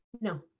No